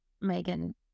Megan